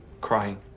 crying